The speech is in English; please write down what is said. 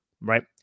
right